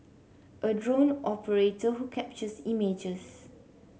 a drone operator who captures images